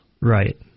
Right